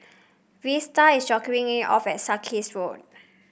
Vester is dropping me off at Sarkies Road